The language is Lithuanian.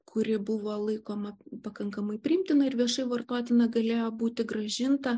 kuri buvo laikoma pakankamai priimtina ir viešai vartotina galėjo būti grąžinta